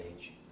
age